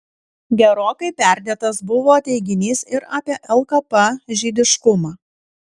gerokai perdėtas buvo teiginys ir apie lkp žydiškumą